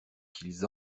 qu’ils